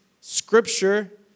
Scripture